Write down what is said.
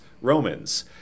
Romans